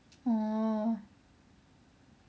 orh